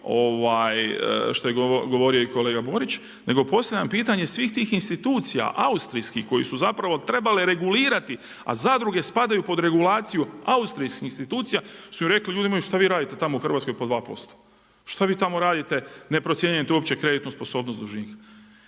što je govorio i kolega Borić nego postavljam pitanje iz svih tih institucija austrijskih koje su zapravo trebale reagirati a zadruge spadaju pod regulaciju austrijskih institucija su rekli ljudi moji šta vi radite tamo u Hrvatskoj po 2%, šta vi tamo radite ne procjenjujete uopće kreditnu sposobnost dužnika.